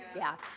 yeah.